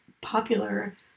popular